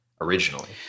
originally